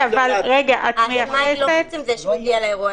הוא לא --- האשמה היא לא בעצם זה שהוא הגיע לאירוע,